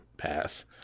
pass